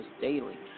daily